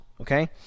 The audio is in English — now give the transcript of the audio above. Okay